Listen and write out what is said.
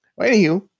Anywho